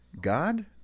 God